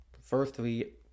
firstly